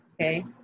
okay